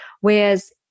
Whereas